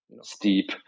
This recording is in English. Steep